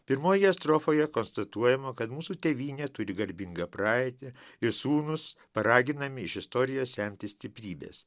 pirmoje strofoje konstatuojama kad mūsų tėvynė turi garbingą praeitį ir sūnus paraginami iš istorijos semtis stiprybės